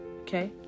Okay